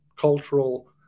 cultural